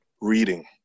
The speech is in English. Reading